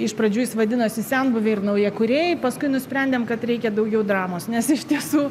iš pradžių jis vadinosi senbuviai ir naujakuriai paskui nusprendėm kad reikia daugiau dramos nes iš tiesų